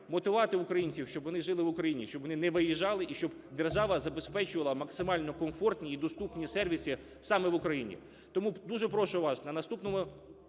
мотивувати українців, щоб вони жили в Україні, щоб вони не виїжджали і щоб держава забезпечувала максимально комфортні і доступні сервіси саме в Україні. Тому дуже прошу вас на наступному